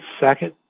second